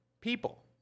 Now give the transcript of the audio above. people